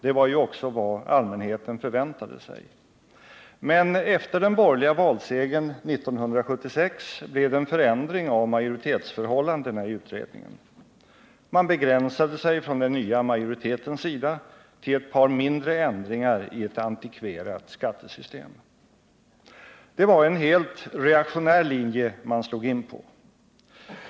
Det var ju också vad allmänheten förväntade sig. Men efter den borgerliga valsegern 1976 blev det en förändring av majoritetsförhållandena i utredningen. Man begränsade sig från den nya majoritetens sida till ett par mindre ändringar i ett antikverat skattesystem. Det var en helt reaktionär linje man slog in på.